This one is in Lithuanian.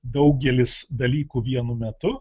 daugelis dalykų vienu metu